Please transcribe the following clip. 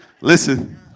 Listen